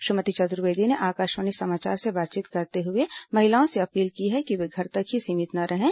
श्रीमती चतुर्वेदी ने आकाशवाणी समाचार से बातचीत करते हुए महिलाओं से अपील की कि वे घर तक ही सीमित न रहें